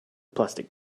plastic